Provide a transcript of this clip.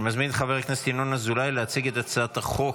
אני מזמין את חבר הכנסת ינון אזולאי להציג את הצעת החוק.